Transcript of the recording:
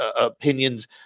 opinions